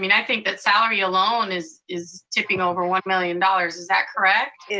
and i think that salary alone is is tipping over one million dollars, is that correct?